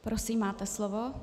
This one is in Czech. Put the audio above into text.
Prosím, máte slovo.